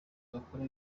bakora